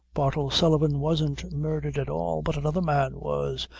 bartle sullivan wasn't murdhered at all, but another man was,